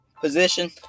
Position